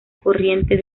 corriente